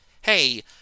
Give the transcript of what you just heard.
hey